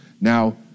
Now